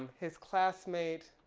his classmate,